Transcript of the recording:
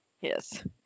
yes